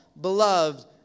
Beloved